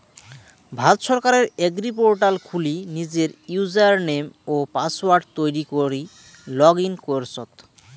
ভারত সরকারের এগ্রিপোর্টাল খুলি নিজের ইউজারনেম ও পাসওয়ার্ড তৈরী করি লগ ইন করচত